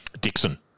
Dixon